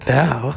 now